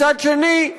מצד שני,